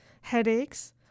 headaches